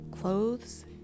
clothes